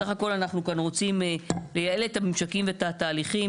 סך הכל אנחנו כאן רוצים לייעל את הממשקים ואת התהליכים.